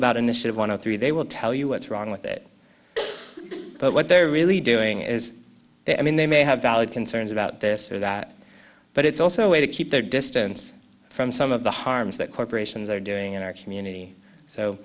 about initiative one of three they will tell you what's wrong with that but what they're really doing is they i mean they may have valid concerns about this or that but it's also a way to keep their distance from some of the harms that corporations are doing in our community so